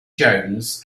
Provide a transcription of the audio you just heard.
jones